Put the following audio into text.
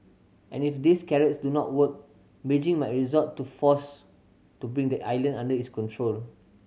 and if these carrots do not work Beijing might resort to force to bring the island under its control